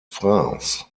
france